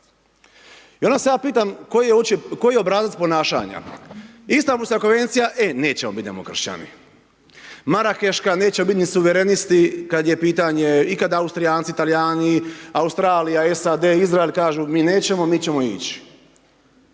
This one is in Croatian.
I onda se ja pitam koji je uopće obrazac ponašanja, Istambulska konvencija e nećemo bit demokršćani, Marakeška nećemo biti ni suverenisti kad je pitanje i kad austrijanci, talijani, Australija, SAD, Izrael kažu mi nećemo, mi ćemo ić,